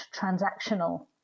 transactional